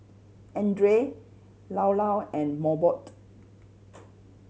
Andre Llao Llao and Mobot